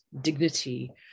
dignity